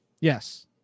Yes